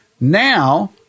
Now